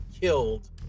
killed